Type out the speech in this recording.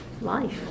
Life